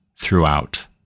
throughout